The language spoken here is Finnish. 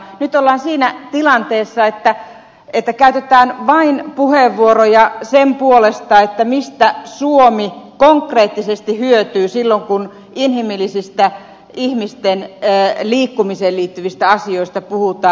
nyt ollaan siinä tilanteessa että käytetään vain puheenvuoroja sen puolesta mistä suomi konkreettisesti hyötyy silloin kun inhimillisistä ihmisten liikkumiseen liittyvistä asioista puhutaan